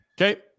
Okay